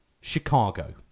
Chicago